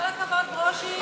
כל הכבוד, ברושי.